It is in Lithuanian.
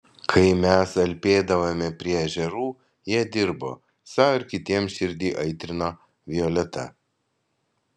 kai mes alpėdavome prie ežerų jie dirbo sau ir kitiems širdį aitrino violeta